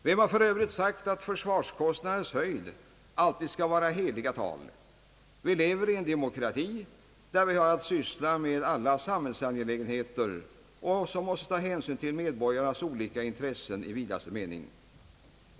Vem har för övrigt sagt att försvarskostnadernas höjd alltid skall vara heliga tal? Vi lever i en demokrati där vi har att syssla med alla samhällsangelägenheter och som måste ta hänsyn till medborgarnas olika intressen i vidaste mening.